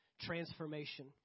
transformation